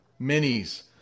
Minis